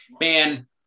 man